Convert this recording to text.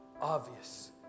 obvious